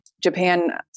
Japan